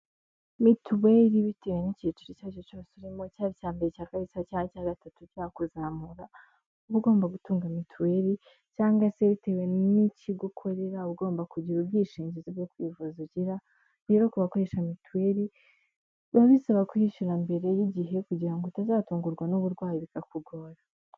Mituweli bitewe n'icyiciro icyo ari cyo cyose urimo, cyaba icya mbere, icya kabiri cyangwa icya gatatu cyangwa kuzamura uba ugomba gutunga mituweli, cyangwa se bitewe n'ikigo ukorera uba ugomba kugira ubwishingizi bwo kwivuza ugira, rero kubakoresha mituweli, biba bisaba ko uyishyura mbere y'igihe kugira ngo utazatungurwa n'uburwayi bikakugora.